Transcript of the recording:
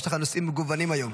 יש לך נושאים מגוונים היום.